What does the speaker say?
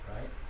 Right